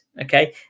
okay